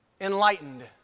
Enlightened